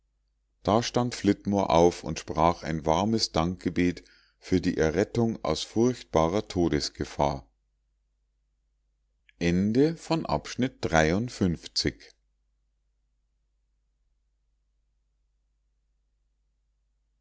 da stand flitmore auf und sprach ein warmes dankgebet für die errettung aus furchtbarer todesgefahr